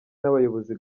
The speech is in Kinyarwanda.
n’abayobozi